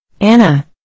Anna